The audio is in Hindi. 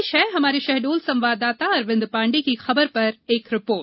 पेश है हमारे शहडोल संवाददाता अरविंद पाण्डे की खबर पर एक रिपोर्ट